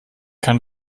kann